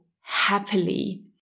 happily